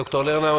ד"ר לרנאו,